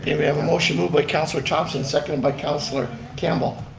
you know we have a motion move by councillor thompson, seconded by councillor campbell.